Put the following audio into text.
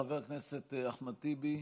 חבר הכנסת אחמד טיבי,